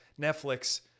Netflix